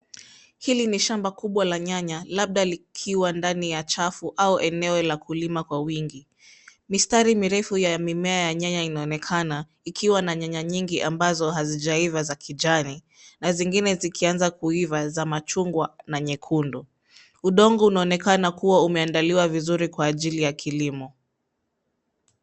Hili ni shamba kubwa la nyanya labda likiwa ndani ya chafu au eneo la kulima kwa wingi mistari mirefu ya mimea ya nyanya inaonekana ikiwa na nyanya nyingi ambazo hazijaiva za kijani na zingine zikianza kuiva za machungwa na nyekundu udongo unaonekana kua umeandaliwa vizuri kwa ajili ya kilimo.